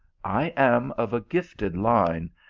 i am of a gifted line,